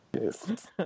Yes